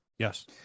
Yes